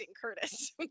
Curtis